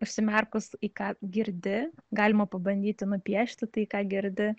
užsimerkus į ką girdi galima pabandyti nupiešti tai ką girdi